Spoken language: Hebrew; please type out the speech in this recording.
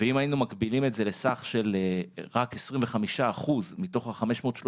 ואם היינו מקבילים את זה לסך של רק 25% מתוך ה-530